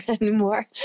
anymore